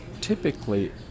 typically